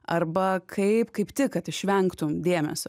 arba kaip kaip tik kad išvengtum dėmesio